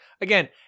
Again